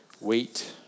wait